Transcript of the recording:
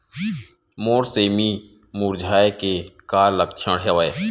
मोर सेमी मुरझाये के का लक्षण हवय?